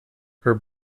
her